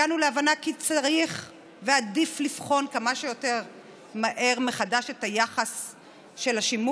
הגענו להבנה כי צריך ועדיף לבחון כמה שיותר מהר מחדש את היחס לשימוש,